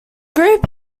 group